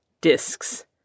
discs